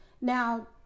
Now